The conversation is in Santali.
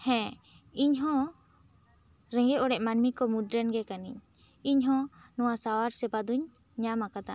ᱦᱮᱸ ᱤᱧ ᱦᱚᱸ ᱨᱮᱸᱜᱮᱡ ᱚᱲᱮᱡ ᱢᱟᱹᱱᱢᱤ ᱠᱚ ᱢᱩᱫᱽ ᱨᱮᱱ ᱜᱮ ᱠᱟᱹᱱᱤᱧ ᱤᱧ ᱦᱚᱸ ᱱᱚᱣᱟ ᱥᱟᱶᱟᱨ ᱥᱮᱵᱟ ᱫᱚᱧ ᱧᱟᱢ ᱟᱠᱟᱫᱟ